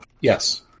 Yes